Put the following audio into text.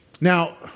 Now